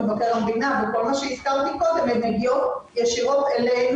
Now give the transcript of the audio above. לפניות הציבור במכבי שירותי בריאות על